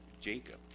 Jacob